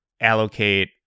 allocate